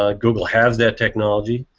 ah google has that technology.